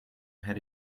had